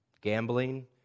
gambling